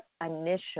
initial